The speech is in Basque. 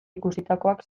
ikusitakoak